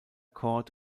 court